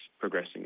progressing